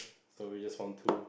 so we just found two